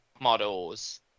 models